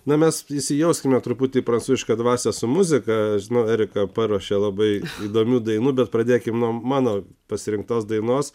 na mes įsijauskime truputį į prancūzišką dvasią su muzika žinau erika paruošė labai įdomių dainų bet pradėkime nuo mano pasirinktos dainos